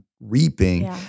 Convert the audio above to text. Reaping